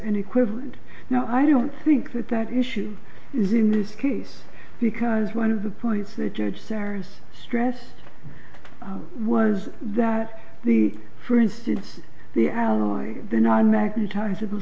an equivalent now i don't think that that issue is in this case because one of the points that judge sarah's stressed what was that the for instance the alloy the nih magnetize